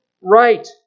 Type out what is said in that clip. right